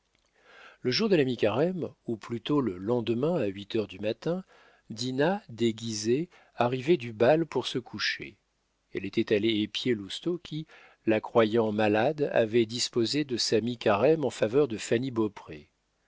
le jour de la mi-carême ou plutôt le lendemain à huit heures du matin dinah déguisée arrivait du bal pour se coucher elle était allée épier lousteau qui la croyant malade avait disposé de sa mi-carême en faveur de